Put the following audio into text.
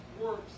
works